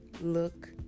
look